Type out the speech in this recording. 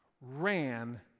ran